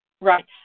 Right